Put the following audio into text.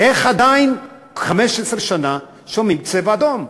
איך עדיין, 15 שנה, שומעים "צבע אדום"?